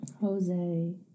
Jose